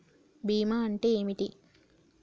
బీమా అంటే ఏమిటి?